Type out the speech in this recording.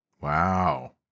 Wow